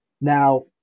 Now